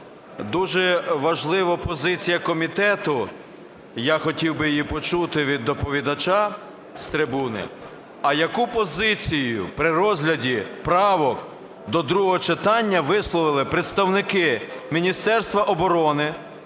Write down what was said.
Дуже важлива позиція комітету, я хотів би її почути від доповідача з трибуни. А яку позицію при розгляді правок до другого читання висловили представники Міністерства оборони